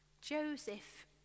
Joseph